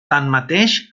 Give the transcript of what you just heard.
tanmateix